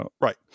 Right